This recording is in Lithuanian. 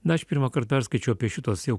na aš pirmąkart perskaičiau apie šituos jau